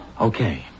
Okay